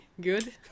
Good